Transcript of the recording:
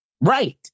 right